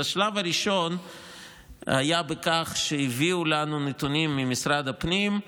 אז השלב הראשון היה שהביאו לנו נתונים ממשרד הפנים,